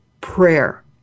prayer